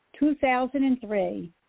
2003